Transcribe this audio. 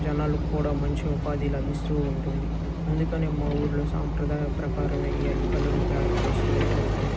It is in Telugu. జనాలకు కూడా మంచి ఉపాధి లభిస్తూ ఉంటుంది అందుకనే మా ఊర్లో సాంప్రదాయ ప్రకారమే ఈ అల్లికలను తయారు చేస్తూనే ఉంటారు